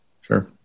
Sure